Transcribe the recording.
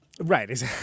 right